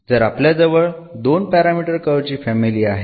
तर आपल्याजवळ 2 parameter curve ची फॅमिली आहे